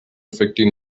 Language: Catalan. afectin